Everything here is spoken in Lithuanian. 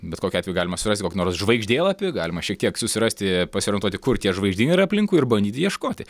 bet kokiu atveju galima surasti kokį nors žvaigždėlapį galima šiek tiek susirasti pasiorientuoti kur tie žvaigždynai yra aplinkui ir bandyti ieškoti